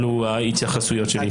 אלה ההתייחסויות שלי.